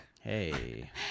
Hey